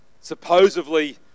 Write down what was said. supposedly